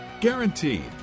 Guaranteed